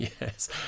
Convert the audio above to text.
Yes